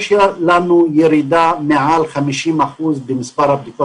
יש לנו ירידה של מעל 50% במספר הבדיקות